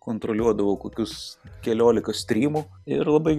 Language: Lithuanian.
kontroliuodavau kokius keliolika strymų ir labai